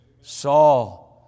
Saul